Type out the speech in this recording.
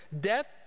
Death